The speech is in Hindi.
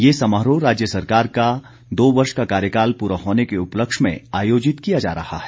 ये समारोह राज्य सरकार का दो वर्ष का कार्यकाल पूरा होने के उपलक्ष में आयोजित किया जा रहा है